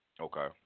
Okay